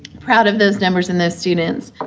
proud of those numbers and those students.